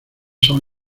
son